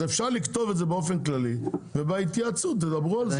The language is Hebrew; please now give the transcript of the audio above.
אז אפשר לכתוב את זה באופן כללי ובהתייעצות תדברו על זה.